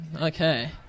okay